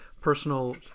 personal